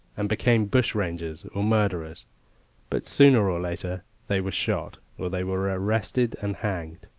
and became bushrangers or murderers but sooner or later they were shot, or they were arrested and hanged.